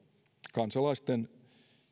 kansalaisten